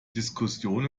diskussion